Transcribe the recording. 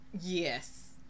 Yes